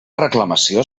reclamació